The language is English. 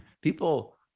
people